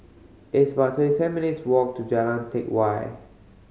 it's about thirty seven minutes' walk to Jalan Teck Whye